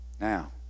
Now